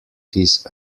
his